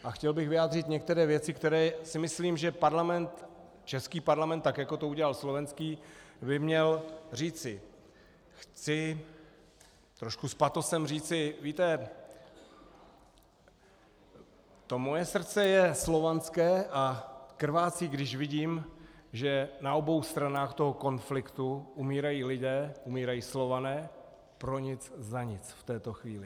A chtěl bych vyjádřit některé věci, které si myslím, že parlament, český parlament, tak jako to udělal slovenský, by měl říci, trošku s patosem říci víte, to moje srdce je slovanské a krvácí, když vidím, že na obou stranách toho konfliktu umírají lidé, umírají Slované pro nic za nic, v této chvíli.